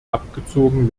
abgezogen